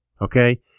Okay